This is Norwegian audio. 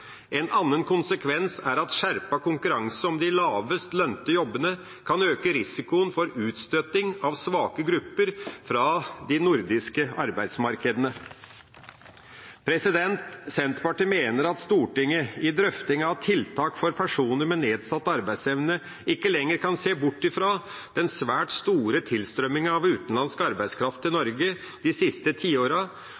En annen konsekvens er at skjerpet konkurranse om de lavest lønte jobbene kan øke risikoen for utstøting av svake grupper fra de nordiske arbeidsmarkedene Senterpartiet mener at Stortinget i drøfting av tiltak for personer med nedsatt arbeidsevne ikke lenger kan se bort fra den svært store tilstrømminga av utenlandsk arbeidskraft til